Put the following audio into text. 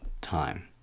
time